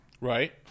right